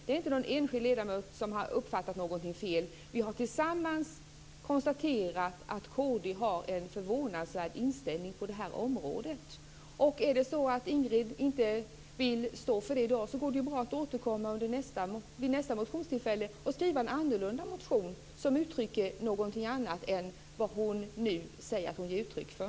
Det är inte någon enskild ledamot som har uppfattat någonting fel. Vi har tillsammans konstaterat att Kristdemokraterna har en förvånansvärd inställning på det här området. Om Ingrid Näslund inte vill stå för det i dag går det bra att återkomma vid nästa motionstillfälle och skriva en annorlunda motion som uttrycker någonting annat än vad hon nu gör.